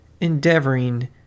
endeavoring